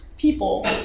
people